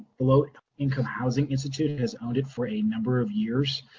low income housing institute and has owned it for a number of years.